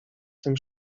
tym